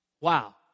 Wow